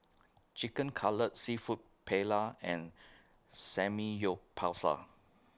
Chicken Cutlet Seafood Paella and Samgyeopsal